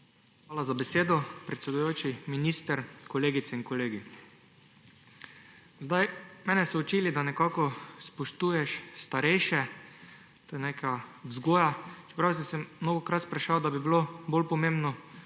Hvala za besedo, predsedujoči. Minister, kolegice in kolegi! Mene so učili, da nekako spoštuješ starejše, to je neka vzgoja, čeprav sem sem mnogokrat spraševal, da bi bilo bolj pomembno,